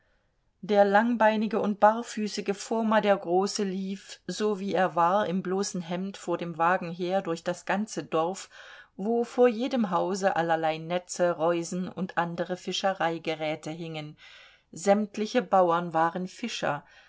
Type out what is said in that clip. der langbeinige und barfüßige foma der große lief so wie er war im bloßen hemd vor dem wagen her durch das ganze dorf wo vor jedem hause allerlei netze reusen und andere fischereigeräte hingen sämtliche bauern waren fischer